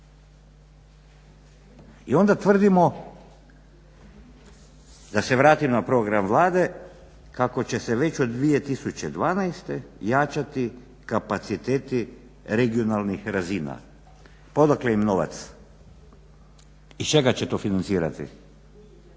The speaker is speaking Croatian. I onda tvrdimo da se vratim na program Vlade kako će se već od 2012. jačati kapaciteti regionalnih razina. Pa odakle im novac, iz čega će to financirati.